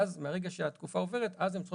ואז מרגע שהתקופה עוברת אז הן צריכות